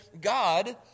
God